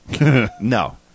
No